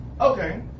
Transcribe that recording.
Okay